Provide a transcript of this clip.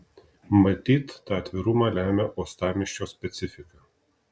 matyt tą atvirumą lemia uostamiesčio specifika